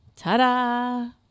Ta-da